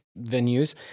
venues